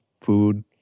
food